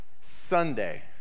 Sunday